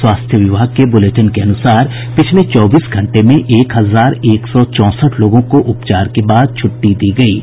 स्वास्थ्य विभाग के ब्रलेटिन के अनुसार पिछले चौबीस घंटे में एक हजार एक सौ चौंसठ लोगों को उपचार के बाद छुट्टी दी गयी है